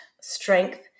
Strength